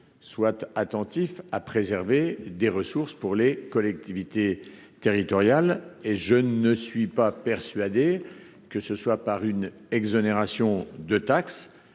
être attentifs à préserver des ressources pour les collectivités territoriales. Je ne suis pas persuadé qu'une exonération de taxe